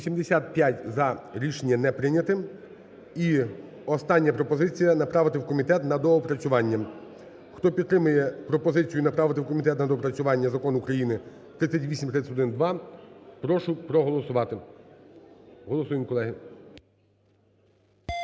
За-85 Рішення не прийняте. І остання пропозиція – направити в комітет на доопрацювання. Хто підтримує пропозицію направити в комітет на доопрацювання Закон України 3831-2, прошу проголосувати. Голосуємо, колеги.